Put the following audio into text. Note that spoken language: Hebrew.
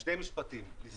שני משפטים.